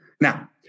Now